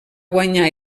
guanyar